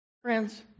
Friends